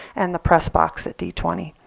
and the press box at d twenty.